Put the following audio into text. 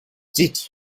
did